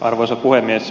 arvoisa puhemies